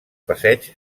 passeigs